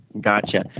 Gotcha